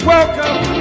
Welcome